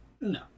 No